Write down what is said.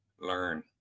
learn